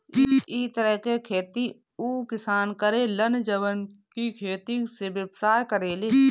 इ तरह के खेती उ किसान करे लन जवन की खेती से व्यवसाय करेले